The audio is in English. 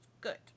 good